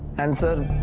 and, sir,